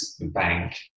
bank